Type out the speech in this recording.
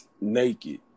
naked